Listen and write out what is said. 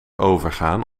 overgaan